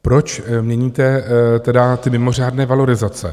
Proč měníte ty mimořádné valorizace?